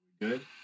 Good